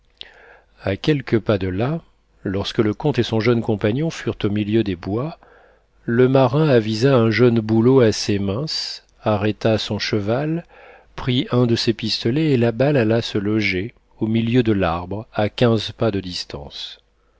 a quelques pas de là lorsque le comte et son jeune compagnon furent au milieu des bois le marin avisa un jeune bouleau assez mince arrêta son cheval prit un de ses pistolets et la balle alla se loger au milieu de l'arbre à quinze pas de distance